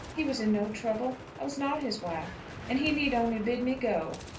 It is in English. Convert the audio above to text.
he was in no trouble. i was not his wife and he need only bid me go.